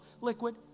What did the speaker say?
liquid